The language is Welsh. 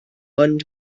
ond